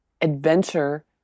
adventure